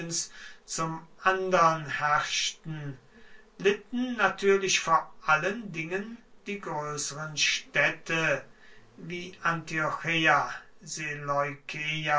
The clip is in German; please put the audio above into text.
zum andern herrschten litten natürlich vor allen dingen die größeren städte wie antiocheia